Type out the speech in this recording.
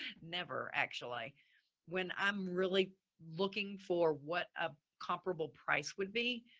never. actually when i'm really looking for what a comparable price would be.